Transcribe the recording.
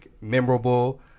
memorable